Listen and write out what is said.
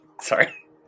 Sorry